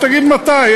תגיד מתי,